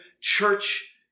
church